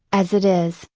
as it is,